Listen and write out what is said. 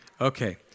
Okay